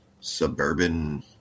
suburban